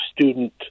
student